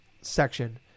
section